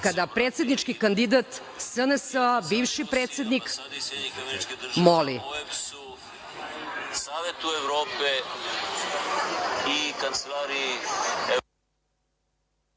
kada predsednički kandidat SNS, bivši predsednik